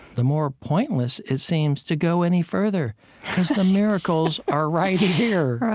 the more pointless it seems to go any further because the miracles are right here.